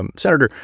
um senator,